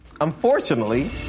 unfortunately